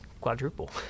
Quadruple